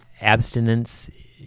abstinence